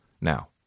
Now